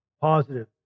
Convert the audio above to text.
positive